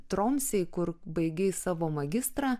tromsėj kur baigei savo magistrą